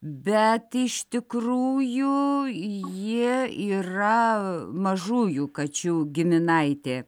bet iš tikrųjų jie yra mažųjų kačių giminaitė